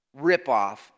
ripoff